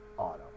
auto